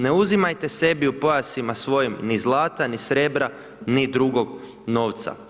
Ne uzimate sebi u pojasima svojim, ni zlata, ni srebra, ni drugog novca.